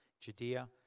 Judea